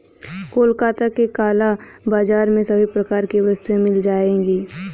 कोलकाता के काला बाजार में सभी प्रकार की वस्तुएं मिल जाएगी